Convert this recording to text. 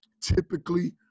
typically